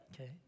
Okay